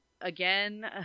again